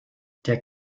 der